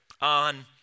on